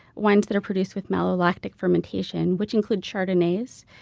wines that are produced with malolactic fermentation, which includes chardonnays,